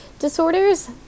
disorders